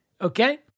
Okay